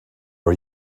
are